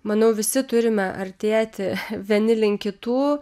manau visi turime artėti vieni link kitų